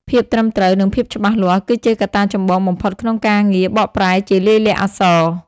ភាពត្រឹមត្រូវ និងភាពច្បាស់លាស់ គឺជាកត្តាចម្បងបំផុតក្នុងការងារបកប្រែជាលាយលក្ខណ៍អក្សរ។